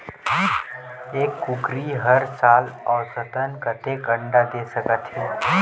एक कुकरी हर साल औसतन कतेक अंडा दे सकत हे?